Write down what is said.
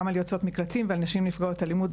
על יוצאות מקלטים ועל נשים נפגעות אלימות.